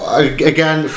again